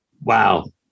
Wow